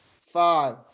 five